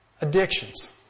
addictions